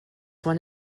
one